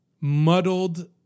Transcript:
muddled